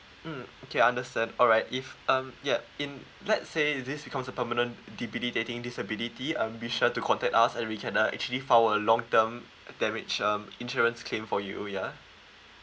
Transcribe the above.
mm okay understand alright if um ya in let's say this become a permanent debilitating disability um be sure to contact us and we can uh actually file a long term damage um insurance claim for you ya